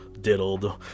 diddled